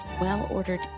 well-ordered